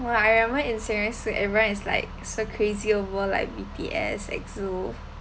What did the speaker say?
!wah! I remember in secondary school everyone is like so crazy over like B_T_S EXO